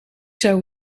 zou